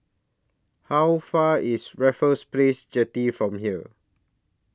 How Far away IS Raffles Place Jetty from here